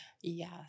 Yes